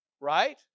Right